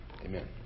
Amen